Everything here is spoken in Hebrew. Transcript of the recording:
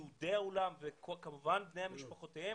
יהודי העולם וכמובן בני המשפחות שלהם,